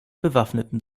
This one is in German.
bewaffneten